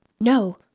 no